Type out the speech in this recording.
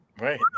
Right